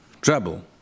trouble